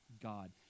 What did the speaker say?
God